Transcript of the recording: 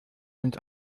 uns